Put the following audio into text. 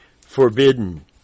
forbidden